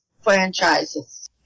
franchises